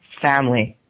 Family